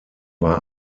war